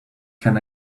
can